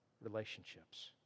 relationships